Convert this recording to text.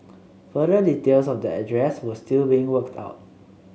further details of the address were still being worked out